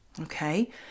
Okay